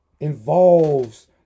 involves